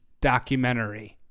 documentary